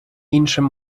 іншим